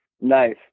nice